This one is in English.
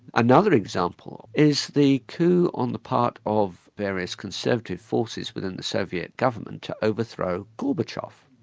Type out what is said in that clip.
another example is the coup on the part of various conservative forces within the soviet government to overthrow gorbachev.